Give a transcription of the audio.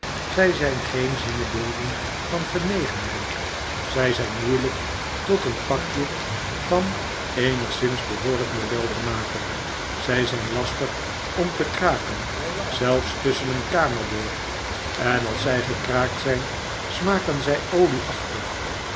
zij zijn geen zinnebeelden van genegenheid zij zijn moeilijk tot een pakje van eenigszins behoorlijk model te maken zij zijn lastig om te kraken zelfs tusschen een kamerdeur en als zij gekraakt zijn smaken zij olieachtig